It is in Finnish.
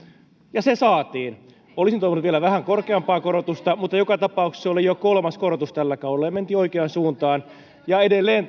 ja se saatiin olisin toivonut vielä vähän korkeampaa korotusta mutta joka tapauksessa se oli jo kolmas korotus tällä kaudella ja mentiin oikeaan suuntaan edelleen